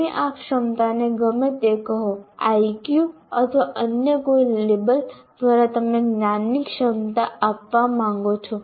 તમે આ ક્ષમતાને ગમે તે કહો IQ અથવા અન્ય કોઈ લેબલ દ્વારા તમે જ્ઞાનની ક્ષમતા આપવા માંગો છો